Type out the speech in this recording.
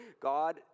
God